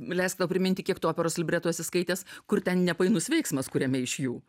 leisk tau priminti kiek tu operos libretų atsiskaitęs kur ten nepainus veiksmas kuriame iš jų